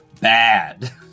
bad